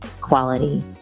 quality